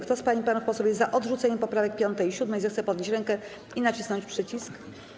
Kto z pań i panów posłów jest za odrzuceniem poprawek 5. i 7., zechce podnieść rękę i nacisnąć przycisk.